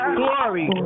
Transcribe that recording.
glory